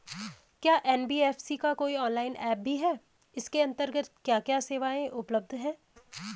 क्या एन.बी.एफ.सी का कोई ऑनलाइन ऐप भी है इसके अन्तर्गत क्या क्या सेवाएँ उपलब्ध हैं?